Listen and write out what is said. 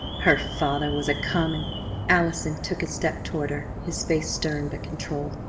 her father was a common allison took a step toward her, his face stern but controlled.